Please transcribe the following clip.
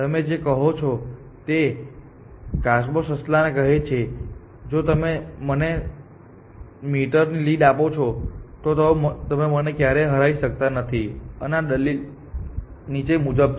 તમે જે કહો છો તે કાચબો સસલાને કહે છે કે જો તમે મને સો મીટરની લીડ આપો છો તો તમે મને ક્યારેય હરાવી શકતા નથી અને આ દલીલ નીચે મુજબ છે